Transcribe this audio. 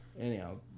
Anyhow